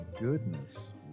goodness